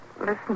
Listen